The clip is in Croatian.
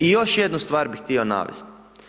I još jednu stvar bi htio navesti.